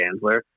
Gansler